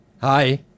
Hi